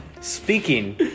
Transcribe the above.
Speaking